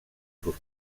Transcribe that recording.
sus